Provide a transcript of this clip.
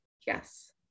Yes